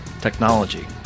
Technology